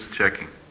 checking